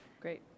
Great